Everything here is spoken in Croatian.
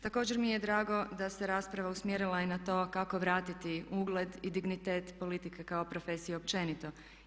Također mi je drago da se rasprava usmjerila i na to kako vratiti ugled i dignitet politike kao profesije općenito.